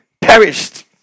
perished